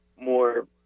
more